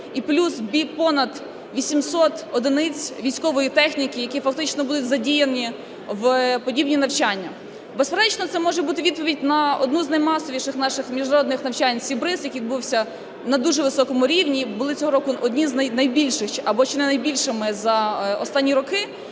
і плюс понад 800 одиниць військової техніки, які фактично будуть задіяні в подібних навчаннях. Безперечно, це може бути відповідь на одне з наймасовіших наших міжнародних навчань "Сі Бриз", яке відбулося на дуже високому рівні, було цього року одне з найбільших або чи